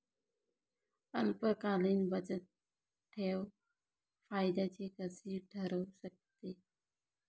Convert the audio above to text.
अल्पकालीन बचतठेव फायद्याची कशी ठरु शकते?